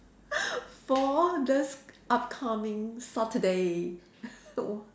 for this upcoming Saturday